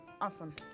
Awesome